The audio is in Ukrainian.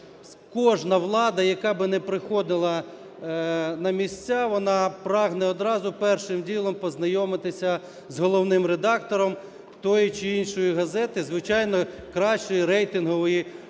кожна влада, яка б не приходила на місця, вона прагне одразу першим ділом познайомитися з головним редактором тієї чи іншої газети, звичайно, кращої, рейтингової, аби